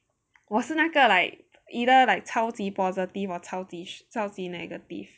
我是那个 like either like 超级 positive or 超级 negative